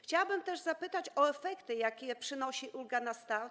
Chciałabym też zapytać o efekty, jakie przynosi ulga na start.